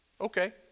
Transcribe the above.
Okay